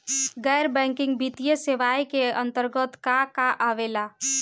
गैर बैंकिंग वित्तीय सेवाए के अन्तरगत का का आवेला?